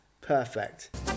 Perfect